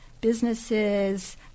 businesses